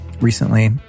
recently